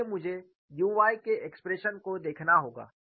इसलिए मुझे u y के एक्सप्रेशन को देखना होगा